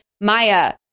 Maya